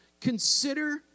Consider